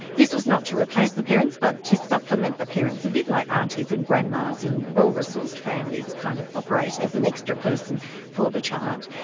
this was not to replace the parents but to supplement the parents, a bit like aunties and grandmas in well-resourced families, kind of operate as an extra person for the child.